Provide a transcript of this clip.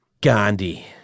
Gandhi